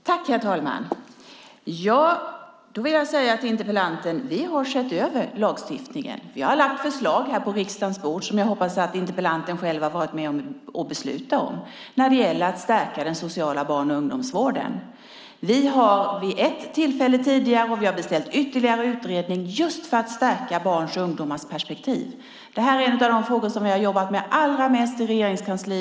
Herr talman! Jag vill säga till interpellanten att vi har sett över lagstiftningen. Vi har när det gäller att stärka den sociala barn och ungdomsvården lagt fram förslag på riksdagens bord som jag hoppas att interpellanten själv har varit med och beslutat om. Vi har gjort det vid ett tidigare tillfälle, och vi har beställt ytterligare utredning - just för att stärka barns och ungdomars perspektiv. Detta är en av de frågor vi har jobbat allra mest med i Regeringskansliet.